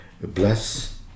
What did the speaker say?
bless